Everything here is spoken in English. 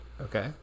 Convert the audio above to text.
Okay